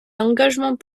engagement